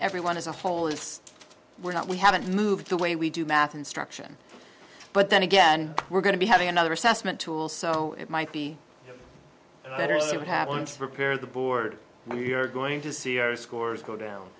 everyone as a whole is we're not we haven't moved the way we do math instruction but then again we're going to be having another assessment tool so it might be better see what happens prepare the board we're going to see our scores go down